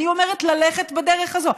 אני אומרת ללכת בדרך הזאת.